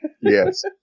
Yes